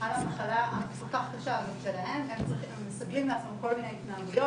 על המחלה הכול כך קשה הזאת שלהם הם מסגלים לעצמם כל מיני התנהגויות,